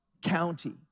county